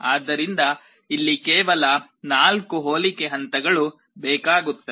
ಆದ್ದರಿಂದ ಇಲ್ಲಿ ಕೇವಲ 4 ಹೋಲಿಕೆ ಹಂತಗಳು ಬೇಕಾಗುತ್ತವೆ